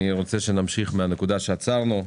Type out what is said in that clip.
אני מבקש להמשיך מהנקודה בה עצרנו.